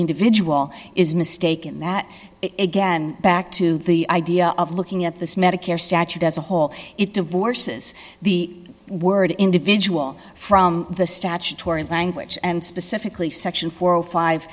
individual is mistaken that again back to the idea of looking at this medicare statute as a whole it divorces the word individual from the statutory language and specifically section four